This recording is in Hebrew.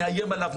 נאיים עליו,